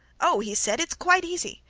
oh! he said, it's quite easy.